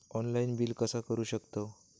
Online bill कसा करु शकतव?